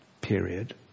Period